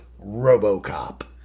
RoboCop